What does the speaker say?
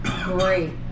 Great